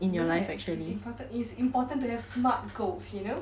ya it's important it's important to have smart goals you know